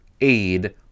aid